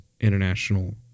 international